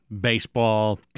baseball